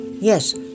Yes